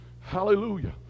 Hallelujah